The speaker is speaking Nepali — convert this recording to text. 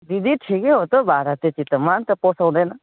दिदी ठिकै हो त हौ भाडा त्यति त मलाई पनि त पोसाउँदैन